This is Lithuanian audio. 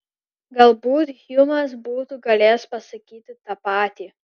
galbūt hjumas būtų galėjęs pasakyti tą patį